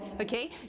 okay